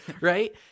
Right